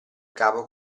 capo